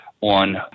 on